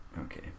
Okay